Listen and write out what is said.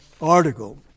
article